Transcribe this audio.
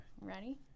ready